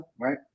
right